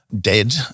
dead